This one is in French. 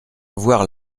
voir